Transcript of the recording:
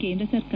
ಕೇಂದ್ರ ಸರ್ಕಾರ